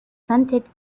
scented